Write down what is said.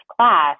class